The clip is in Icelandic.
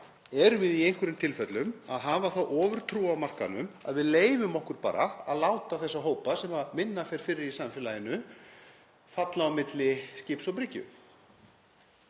erum við í einhverjum tilfellum að hafa þá ofurtrú á markaðnum að við leyfum okkur bara að láta þessa hópa sem minna fer fyrir í samfélaginu falla á milli skips og bryggju?